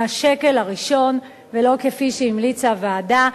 מהשקל הראשון, ולא כפי שהמליצה הוועדה.